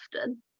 often